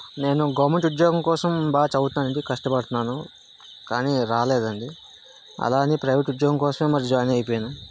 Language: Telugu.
నేను గవర్నమెంట్ ఉద్యోగం కోసం బాగా చదువుతున్నానండి కష్టపడుతున్నాను కానీ రాలేదండి అలా అని ప్రైవేట్ ఉద్యోగం కోసమే మరి జాయిన్ అయిపోయాను